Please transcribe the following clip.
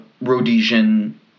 Rhodesian